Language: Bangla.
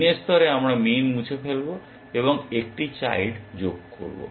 মিনের স্তরে আমরা মিন মুছে ফেলব এবং একটি চাইল্ড যোগ করব